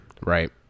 Right